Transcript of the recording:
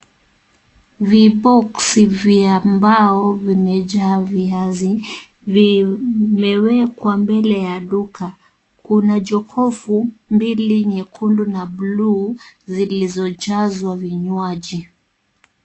Viboksi vya mbao vimejaa viazi. Vimewekwa mbele ya duka. Kuna jokofu mbili nyekundu na buluu zilizojazwa vinywaji.